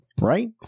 right